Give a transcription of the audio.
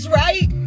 right